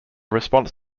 response